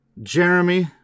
Jeremy